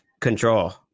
control